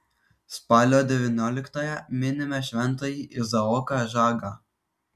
spalio devynioliktąją minime šventąjį izaoką žagą